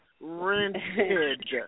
Rented